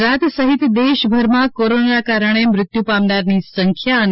ગુજરાત સહિત દેશભરમાં કોરોનાના કારણે મૃત્યુ પામનારની સંખ્યા અને